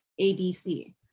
ABC